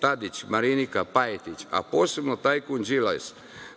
Tadić, Marinika, Pajtić, a posebno tajkun Đilas